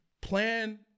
Plan